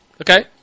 Okay